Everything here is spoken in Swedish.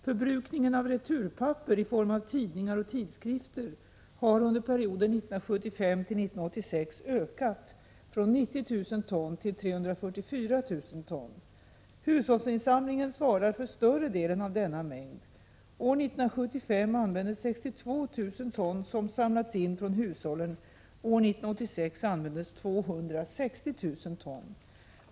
Förbrukningen av returpapper i form av tidningar och tidskrifter har under perioden 1975-1986 ökat från 90 000 ton till 344 000 ton. Hushållsinsamlingen svarar för större delen av denna mängd. År 1975 användes 62 000 ton som samlats in från hushållen, och år 1986 användes 260 000 ton.